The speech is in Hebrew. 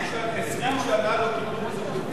20 שנה לא קיבלו מזה כלום.